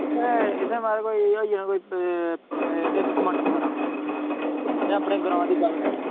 इत्थै इत्थै मा'राज कोई होई गेआ कोई इक क्वांटल हारा में अपने ग्रांऽ दी गल्ल करै ना